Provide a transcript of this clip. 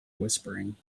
whispering